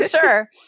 Sure